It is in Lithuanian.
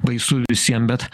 baisu visiem bet